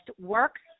works